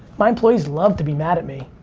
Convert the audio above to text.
my employees love to be mad at me.